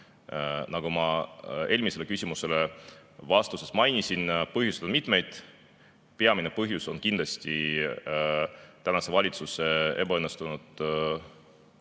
Nagu ma eelmisele küsimusele vastates mainisin, on [sellel] mitmeid põhjusi. Peamine põhjus on kindlasti tänase valitsuse ebaõnnestunud